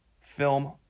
film